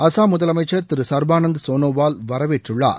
அசாம் முதலமைச்சர் திரு சர்பானந்த் சோனோவால் வரவேற்றுள்ளார்